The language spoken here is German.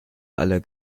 aller